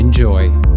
Enjoy